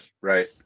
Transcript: right